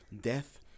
Death